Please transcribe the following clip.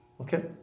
Okay